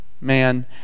man